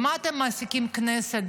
במה אתם מעסיקים את הכנסת?